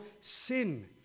sin